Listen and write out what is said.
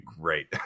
great